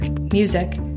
music